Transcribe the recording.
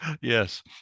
Yes